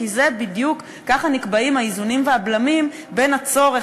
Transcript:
כי ככה נקבעים האיזונים והבלמים בין הצורך